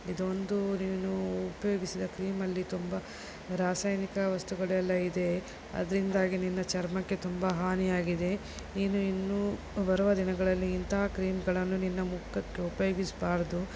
ಇದೊಂದು ನೀನು ಉಪಯೋಗಿಸಿದ ಕ್ರೀಮಲ್ಲಿ ತುಂಬ ರಾಸಾಯನಿಕ ವಸ್ತುಗಳೆಲ್ಲ ಇದೆ ಅದರಿಂದಾಗಿ ನಿನ್ನ ಚರ್ಮಕ್ಕೆ ತುಂಬ ಹಾನಿಯಾಗಿದೆ ನೀನು ಇನ್ನು ಬರುವ ದಿನಗಳಲ್ಲಿ ಇಂತಹ ಕ್ರೀಮ್ಗಳನ್ನು ನಿನ್ನ ಮುಖಕ್ಕೆ ಉಪಯೋಗಿಸಬಾರದು